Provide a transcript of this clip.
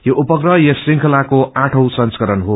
यो उपप्रह यस श्रंखलाको आठौ संस्करण हो